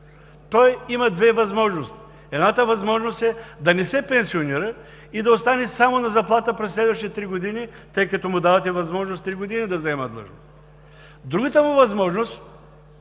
той има две възможности. Едната възможност е да не се пенсионира и да остане само на заплата през следващите три години, тъй като му давате възможност три години да заема длъжност. Другата му възможност е